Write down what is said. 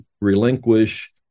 relinquish